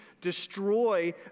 destroy